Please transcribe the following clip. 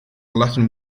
latin